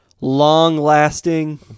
long-lasting